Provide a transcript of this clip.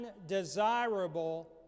undesirable